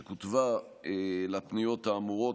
שכותבה לפניות האמורות,